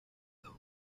low